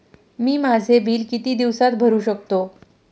मी माझे बिल किती दिवसांत भरू शकतो?